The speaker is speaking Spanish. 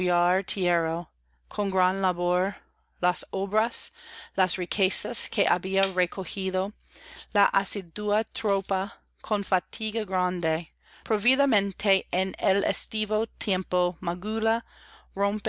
con gran labor las obras las riquezas que había recojido la asidua tropa con fatiga grande próvidamente en el estivo tiempo magulla